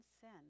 sin